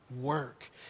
work